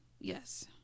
Yes